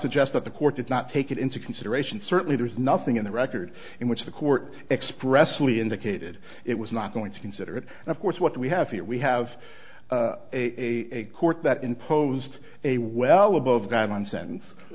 suggest that the court did not take it into consideration certainly there's nothing in the record in which the court expressly indicated it was not going to consider it and of course what we have here we have a court that imposed a well above guideline sentance